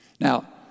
Now